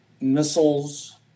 Missiles